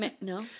no